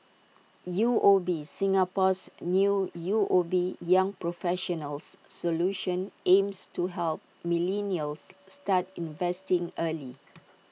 U O B Singapore's new U O B young professionals solution aims to help millennials start investing early